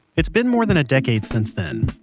it's been more than a decade since then.